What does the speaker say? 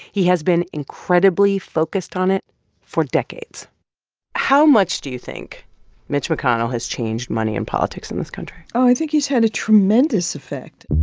he has been incredibly focused on it for decades how much do you think mitch mcconnell has changed money in politics in this country? oh, i think he's had a tremendous effect